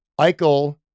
Eichel